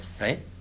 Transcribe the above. right